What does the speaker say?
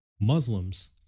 Muslims